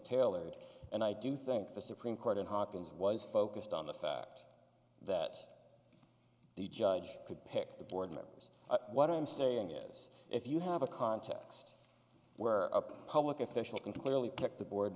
tailored and i do think the supreme court in hopkins was focused on the fact that the judge could pick the board members what i'm saying is if you have a context where a public official can clearly pick the board